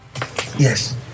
Yes